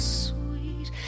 sweet